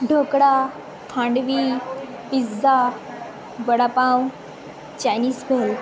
dhokla handvi pizza vada pav Chinese bhel